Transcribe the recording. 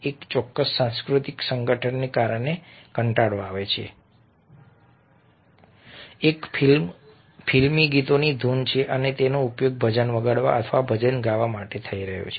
એક ચોક્કસ સાંસ્કૃતિક સંગઠનને કારણે કંટાળો આવે છે કે આ એક ફિલ્મી ગીતોની ધૂન છે અને તેનો ઉપયોગ ભજન વગાડવા અથવા ભજન ગાવા માટે થઈ રહ્યો છે